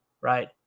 right